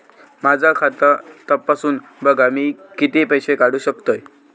माझा खाता तपासून बघा मी किती पैशे काढू शकतय?